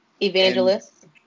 Evangelists